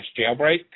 jailbreak